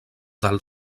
del